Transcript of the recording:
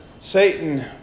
Satan